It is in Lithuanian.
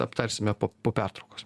aptarsime po pertraukos